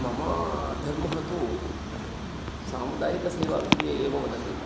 मम धर्मः तु सामुदायिकसेवाविषये एव वदति